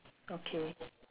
okay